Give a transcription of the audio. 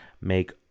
make